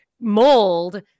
mold